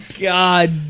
God